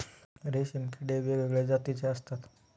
रेशीम किडे वेगवेगळ्या जातीचे असतात